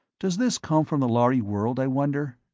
does this come from the lhari world, i wonder?